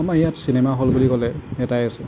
আমাৰ ইয়াত cinema hall বুলি ক'লে এটাই আছে